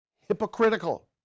hypocritical